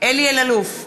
אלי אלאלוף,